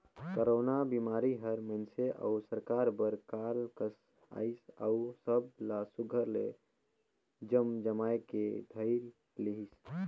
corona बिमारी हर मइनसे अउ सरकार बर काल कस अइस अउ सब ला सुग्घर ले जमजमाए के धइर लेहिस